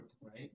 right